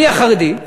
אני, החרדי,